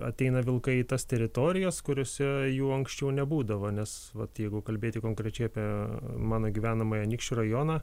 ateina vilkai į tas teritorijas kuriose jų anksčiau nebūdavo nes vat jeigu kalbėti konkrečiai apie mano gyvenamąjį anykščių rajoną